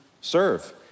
serve